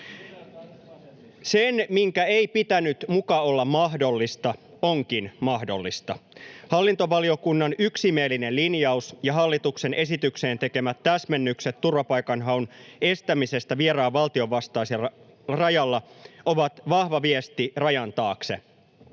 Se, minkä ei pitänyt muka olla mahdollista, onkin mahdollista. Hallintovaliokunnan yksimielinen linjaus ja hallituksen esitykseen tekemät täsmennykset turvapaikanhaun estämisestä vieraan valtion vastaisella rajalla ovat vahva viesti rajan taakse: